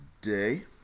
today